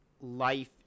life